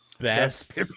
Best